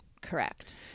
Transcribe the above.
correct